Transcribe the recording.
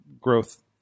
growth